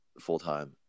full-time